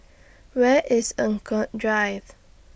Where IS Eng Kong Drive